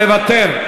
מוותרת?